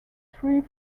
three